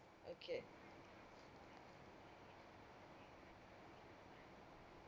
okay